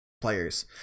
players